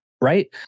right